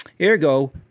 Ergo